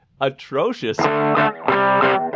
atrocious